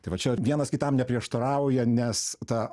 tai va čia vienas kitam neprieštarauja nes ta